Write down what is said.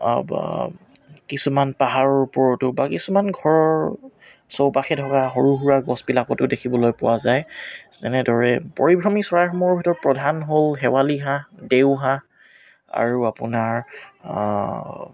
কিছুমান পাহাৰৰ ওপৰতো বা কিছুমান ঘৰৰ চৌপাশে থকা সৰু সুৰা গছবিলাকতো দেখিবলৈ পোৱা যায় যেনেদৰে পৰিভ্ৰমী চৰাইসমূহৰ ভিতৰত প্ৰধান হ'ল শেৱালী হাঁহ দেওহাঁহ আৰু আপোনাৰ